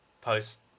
post